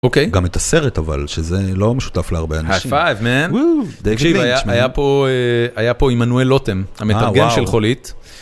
אוקיי. גם את הסרט אבל, שזה לא משותף להרבה אנשים. היפייב מן. ווווו. תקשיב, היה פה עמנואל לוטם, המתרגם של חולית.